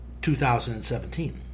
2017